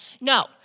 No